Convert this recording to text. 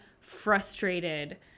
frustrated